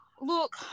Look